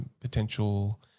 potential